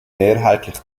mehrheitlich